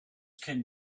can